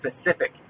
specific